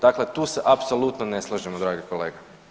Dakle, tu se apsolutno ne slažemo dragi kolega.